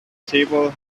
table